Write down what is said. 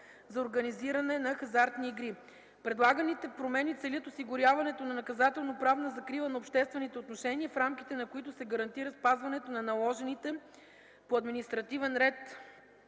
за организиране на хазартни игри. Предлаганите промени целят осигуряването на наказателноправна закрила на обществените отношения, в рамките на които се гарантира спазването на наложените по административен ред